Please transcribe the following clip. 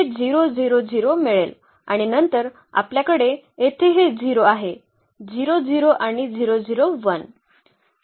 आपल्याकडे हे 0 0 0 मिळेल आणि नंतर आपल्याकडे येथे हे 0 आहे 0 0 आणि 0 0 1